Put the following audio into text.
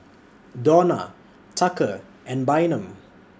Dawna Tucker and Bynum